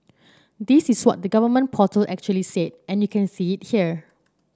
this is what the government portal actually said and you can see it here